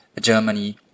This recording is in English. Germany